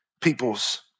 people's